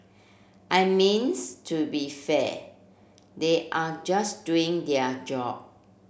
I means to be fair they are just doing their job